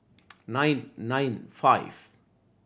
nine nine five